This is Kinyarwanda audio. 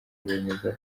bemeza